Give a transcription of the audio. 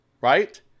right